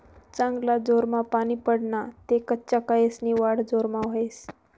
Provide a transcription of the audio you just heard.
चांगला जोरमा पानी पडना ते कच्चा केयेसनी वाढ जोरमा व्हस